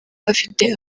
bafite